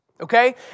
okay